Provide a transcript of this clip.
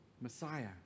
Messiah